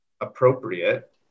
appropriate